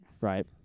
right